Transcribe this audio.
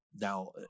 Now